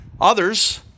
Others